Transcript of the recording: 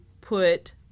put